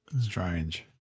strange